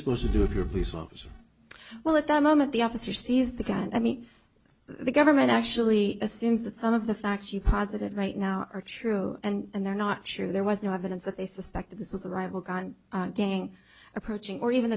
officer well at that moment the officer sees the gun i mean the government actually assumes that some of the facts you positive right now are true and they're not sure there was no evidence that they suspected this was a rival gun gang approaching or even